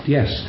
Yes